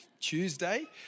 Tuesday